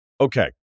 Okay